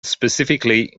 specifically